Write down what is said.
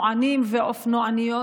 לאופנוענים ואופנועניות,